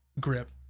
grip